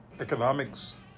economics